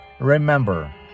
Remember